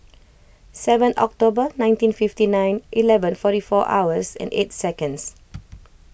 seven October nineteen fifty nine eleven forty four hours and eight seconds